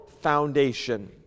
foundation